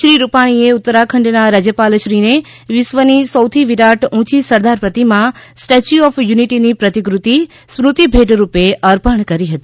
શ્રી રૂપાણીએ ઉત્તરાખંડના રાજ્યપાલશ્રીને વિશ્વની સૌથી વિરાટ ઊંચી સરદાર પ્રતિમા સ્ટેચ્યુ ઓફ યુનિટીની પ્રતિકૃતિ સ્મૃતિ ભેટ રૂપે અર્પણ કરી હતી